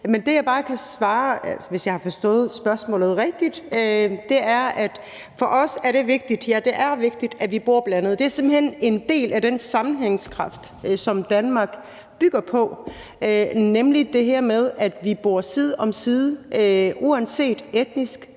men det, jeg bare kan svare – hvis jeg har forstået spørgsmålet rigtigt – er, at for os er det vigtigt, at vi bor blandet. Det er simpelt hen en del af den sammenhængskraft, som Danmark bygger på, nemlig det her med, at vi bor side om side uanset etnisk,